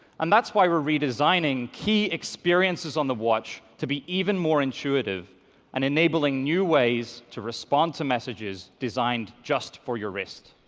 and that's why we're redesigning key experiencing on the watch to be even more intuitive and enabling new ways to respond to messages designed just for your wrist.